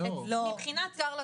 מותר לטוס.